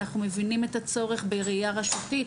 אנחנו מבינים את הצורך בעירייה רשותית,